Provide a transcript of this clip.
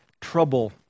trouble